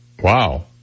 Wow